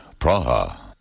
Praha